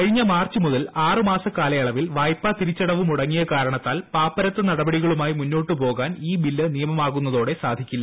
കഴിഞ്ഞ മാർച്ച് മുതൽ ആറ് മാസക്കാലയളവിൽ വായ്പാ തിരിച്ചടവ് മുടങ്ങിയ കാരണത്താൽ പാപ്പരത്ത നടപടികളുമായി മുന്നോട്ടു പോകാൻ ഇൌ ബിൽ നിയമമാകുന്നതോടെ സാധിക്കില്ല